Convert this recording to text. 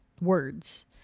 words